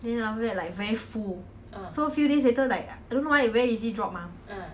then after that like very full so few days later like I don't know why very easy drop mah